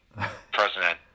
president